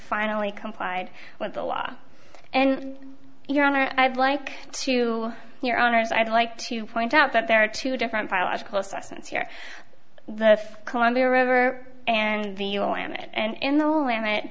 finally complied with the law and your honor i'd like to hear owners i'd like to point out that there are two different biological assessments here the columbia river and the ulama and in the limit